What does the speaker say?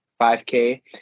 5K